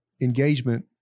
engagement